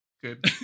good